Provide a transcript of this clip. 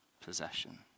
Possession